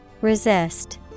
Resist